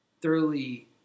thoroughly